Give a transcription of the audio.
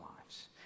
lives